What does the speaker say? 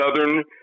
southern